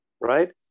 Right